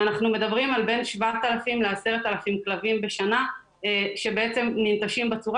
אנחנו מדברים על בין 7,000-10,000 כלבים בשנה שבעצם ננטשים בצורה